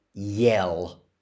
yell